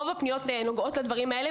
רוב הפניות נוגעות לדברים האלה,